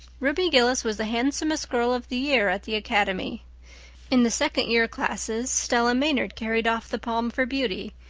ruby gillis was the handsomest girl of the year at the academy in the second year classes stella maynard carried off the palm for beauty,